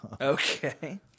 Okay